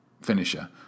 finisher